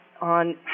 on